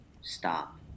stop